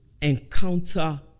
encounter